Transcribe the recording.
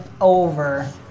over